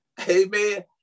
Amen